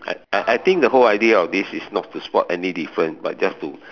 I I think the whole idea of this is not to spot any difference but just to